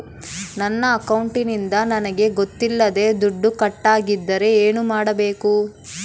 ನನ್ನ ಅಕೌಂಟಿಂದ ನನಗೆ ಗೊತ್ತಿಲ್ಲದೆ ದುಡ್ಡು ಕಟ್ಟಾಗಿದ್ದರೆ ಏನು ಮಾಡಬೇಕು?